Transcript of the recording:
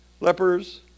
lepers